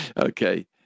Okay